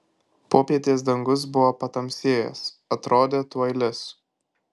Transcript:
popietės dangus buvo patamsėjęs atrodė tuoj lis